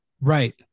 Right